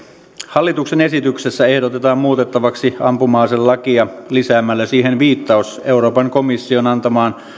hallituksen esityksessä ehdotetaan muutettavaksi ampuma aselakia lisäämällä siihen viittaus euroopan komission antamaan